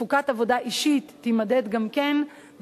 תפוקת עבודה אישית תימדד גם כן,